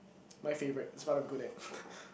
my favourite it's what I'm good at